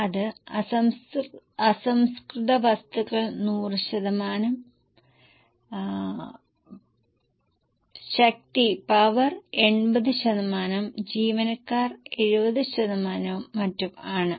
അത് അസംസ്കൃത വസ്തുക്കൾ 100 ശതമാനം ശക്തി 80 ശതമാനം ജീവനക്കാർ 70 ശതമാനവും മറ്റും ആണ്